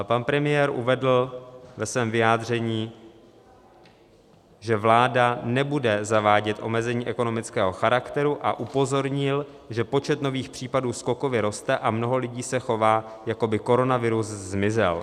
Pan premiér uvedl ve svém vyjádření, že vláda nebude zavádět omezení ekonomického charakteru, a upozornil, že počet nových případů skokově roste a mnoho lidí se chová, jako by koronavirus zmizel.